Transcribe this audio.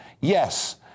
yes